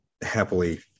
happily